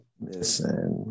Listen